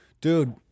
Dude